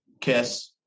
Kiss